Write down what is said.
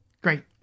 Great